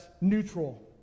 neutral